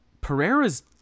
Pereira's